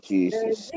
Jesus